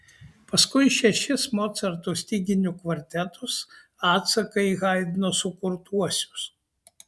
paskui šešis mocarto styginių kvartetus atsaką į haidno sukurtuosius